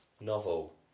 novel